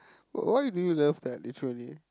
w~ why do you love that literally